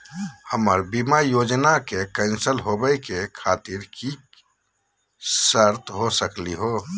हमर बीमा योजना के कैन्सल होवे खातिर कि कि शर्त हो सकली हो?